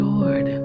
Lord